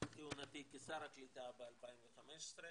מכהונתי כשר הקליטה ב-2015.